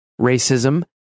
Racism